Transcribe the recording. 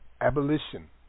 Abolition